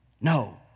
No